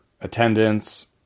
attendance